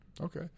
Okay